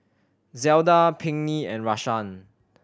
Zelda Pinkney and Rashaan